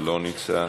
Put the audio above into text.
לא נמצא,